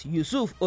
Yusuf